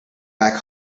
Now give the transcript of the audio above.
back